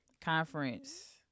conference